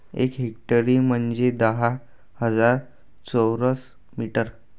एक हेक्टर म्हंजे दहा हजार चौरस मीटर